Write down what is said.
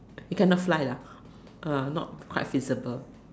it cannot fly lah uh not quite feasible